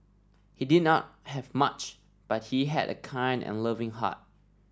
he did not have much but he had a kind and loving heart